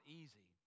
easy